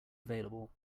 available